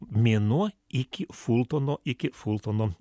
mėnuo iki fultono iki fultono